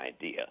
idea